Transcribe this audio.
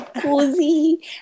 cozy